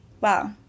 wow